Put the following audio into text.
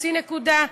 לחצי נקודה,